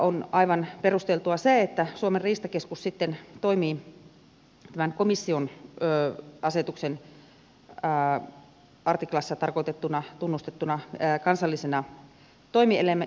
on aivan perusteltua se että suomen riistakeskus sitten toimii tämän komission asetuksen artiklassa tarkoitettuna tunnustettuna kansallisena toimielimenä